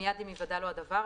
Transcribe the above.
מיד עם היוודע לו הדבר,